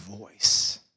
voice